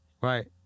right